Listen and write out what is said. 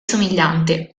somigliante